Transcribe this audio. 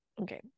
Okay